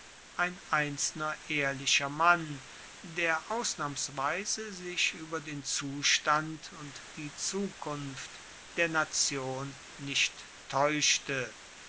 ein einzelner ehrlicher mann der ausnahmsweise sich ueber den zustand und die zukunft der nation nicht taeuschte